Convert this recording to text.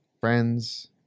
friends